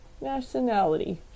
Nationality